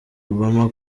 obama